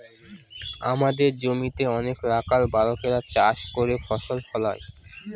আমাদের জমিতে অনেক রাখাল বালকেরা চাষ করে ফসল ফলায়